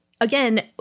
again